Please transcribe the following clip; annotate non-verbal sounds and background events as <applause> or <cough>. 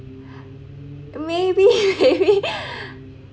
maybe <laughs>